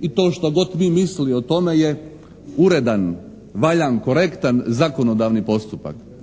i to što god vi mislili o tome je uredan, valjan, korektan zakonodavni postupak,